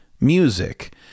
music